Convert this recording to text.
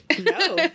no